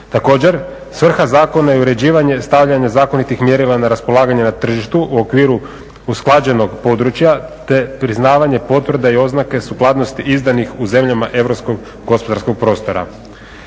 Također, svrha zakona i uređivanje, stavljanje zakonitih mjerila na raspolaganje na tržištu u okviru usklađenog područja te priznavanje potvrda i oznaka sukladnosti izdanih u zemljama europskog gospodarskog prostora.